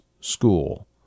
school